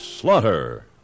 Slaughter